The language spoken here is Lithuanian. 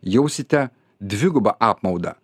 jausite dvigubą apmaudą